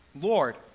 Lord